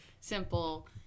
simple